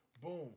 Boom